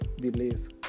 believe